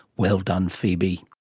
well done phoebe.